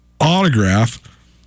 autograph